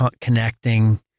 connecting